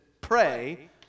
pray